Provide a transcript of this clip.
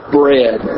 bread